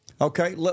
Okay